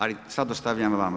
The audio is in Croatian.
Ali sada ostavljam vama.